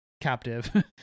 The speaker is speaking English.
captive